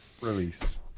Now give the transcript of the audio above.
release